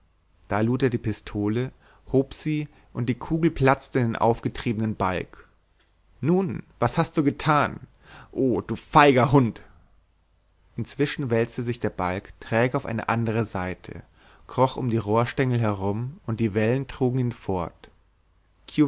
da lud er die pistole hob sie und die kugel platzte in den aufgetriebenen balg nun was hast du getan o du feiger hund inzwischen wälzte sich der balg träge auf eine andere seite kroch um die rohrstengel herum und die wellen trugen ihn fort